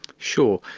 sure.